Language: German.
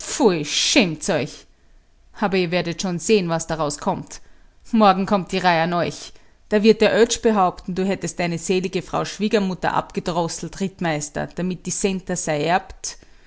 schämt's euch aber ihr werdet's schon sehen was daraus kommt morgen kommt die reih an euch da wird der oetsch behaupten du hättest deine selige frau schwiegermutter abgedrosselt rittmeister damit die centa